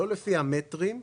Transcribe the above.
ולא לפי המטרים.